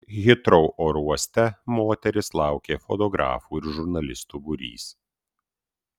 hitrou oro uoste moteris laukė fotografų ir žurnalistų būrys